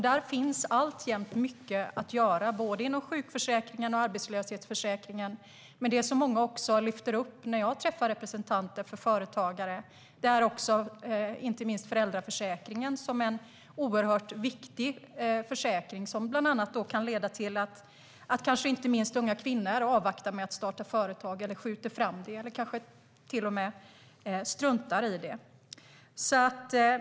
Där finns alltjämt mycket att göra både inom sjukförsäkringen och arbetslöshetsförsäkringen, men det många lyfter fram när jag träffar representanter för företagare är inte minst föräldraförsäkringen. Det är en oerhört viktig försäkring som bland annat kan leda till att framför allt unga kvinnor avvaktar med att starta företag, skjuter fram det eller kanske till och med struntar i det.